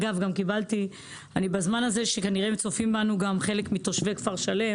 אגב, בזמן הזה שכנראה חלק מתושבי כפר שלם